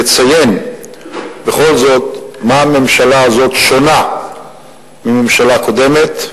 לציין בכל זאת במה הממשלה הזאת שונה מממשלה קודמת,